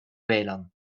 wählern